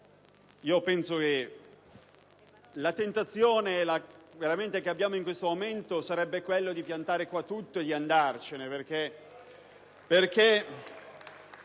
Presidente, la tentazione che abbiamo in questo momento sarebbe quella di piantare qua tutto e di andarcene